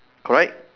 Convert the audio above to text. correct